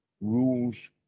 rules